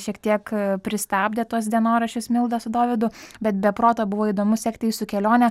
šiek tiek pristabdė tuos dienoraščius milda su dovydu bet be proto buvo įdomu sekti jūsų kelionę